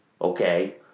Okay